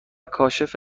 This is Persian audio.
کاشف